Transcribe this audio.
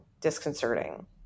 disconcerting